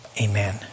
Amen